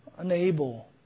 unable